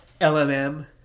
LMM